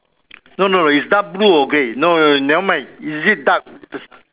no no is dark blue or grey no no no never mind is it dark